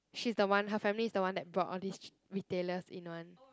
she's the one her family is the one that bought all this retailer in one